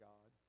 God